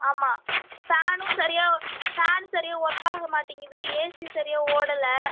ஆமாம் ஃபேனும் சரியாக ஃபேன் சரியாக ஒர்க்காக மாட்டேங்கிது ஏசி சரியாக ஓடல